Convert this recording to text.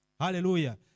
Hallelujah